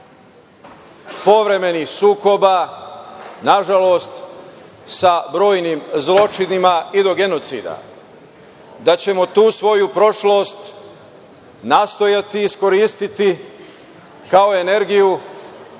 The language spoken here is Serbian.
povremenih sukoba, nažalost, sa brojnim zločinima i do genocida, da ćemo tu svoju prošlost nastojati iskoristiti kao energiju